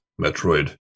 metroid